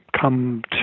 come